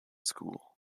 school